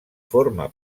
forma